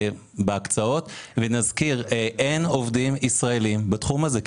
אין עובדים ישראלים בתחום הזה כמעט.